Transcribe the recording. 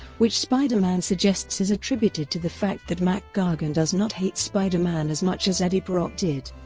which spider-man suggests is attributed to the fact that mac gargan does not hate spider-man as much as eddie brock did.